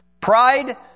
Pride